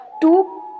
two